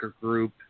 group